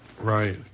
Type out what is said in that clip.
Right